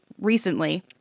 recently